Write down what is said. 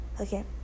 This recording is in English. Okay